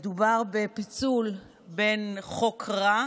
מדובר בפיצול בין חוק רע